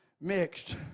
mixed